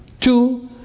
Two